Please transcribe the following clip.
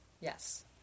Yes